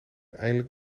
eindelijk